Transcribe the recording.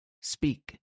speak